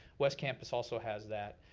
west campus also has that.